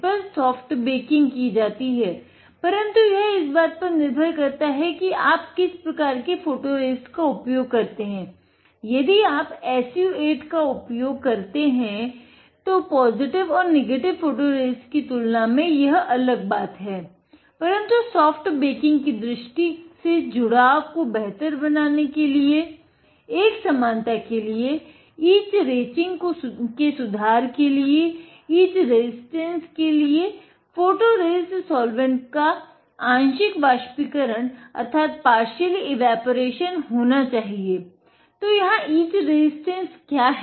तो soft baking क्या है